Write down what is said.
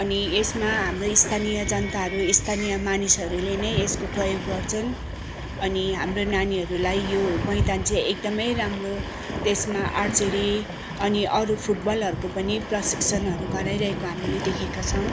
अनि यसमा हाम्रो स्थानीय जनताहरू स्थानीय मानिसहरूले नै यसको प्रयोग गर्छन् अनि हाम्रा नानीहरूलाई यो मैदान चाहिँ एकदमै राम्रो त्यसमा आर्चरी अनि अरू फुटबलहरूको पनि प्रशिक्षणहरू गराइरहेको हामीले देखेका छौँ